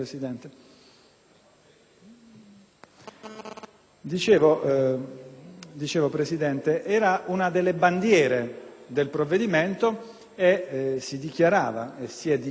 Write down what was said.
Era una delle bandiere del provvedimento e si è dichiarato che, con questa norma, si sarebbe fatto fronte al problema dell'immigrazione